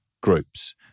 groups